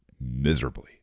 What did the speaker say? miserably